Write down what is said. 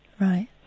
Right